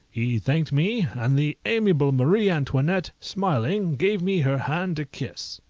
he thanked me, and the amiable marie antoinette, smiling, gave me her hand kiss.